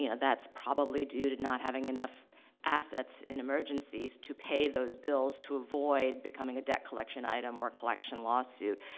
yeah that's probably due to not having enough assets in emergencies to pay those bills to avoid becoming a debt collection item or a collection lawsuit.